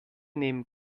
nehmen